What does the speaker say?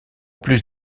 plus